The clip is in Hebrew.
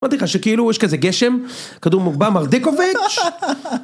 אמרתי לך שכאילו יש כזה גשם, כדור מוגבה, מרדיקוביץ'.